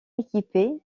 équipés